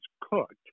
cooked